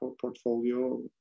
portfolio